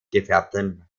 gefärbten